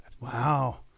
Wow